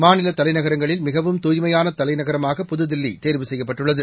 மாநிலத் தலைநகரங்களில் மிகவும் தூய்மையான தலைநகரமாக புதுதில்லி தேர்வு செய்யப்பட்டுள்ளது